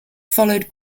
followed